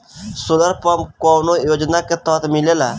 Solar pump कौने योजना के तहत मिलेला?